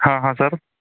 हाँ हाँ सर